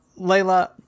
Layla